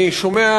אני שומע,